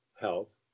health